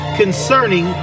concerning